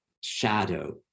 shadow